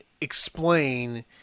explain